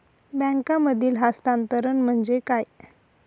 बँकांमधील हस्तांतरण म्हणजे काय?